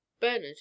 Bernard